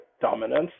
dominance